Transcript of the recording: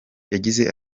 yagize